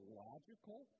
logical